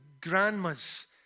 grandmas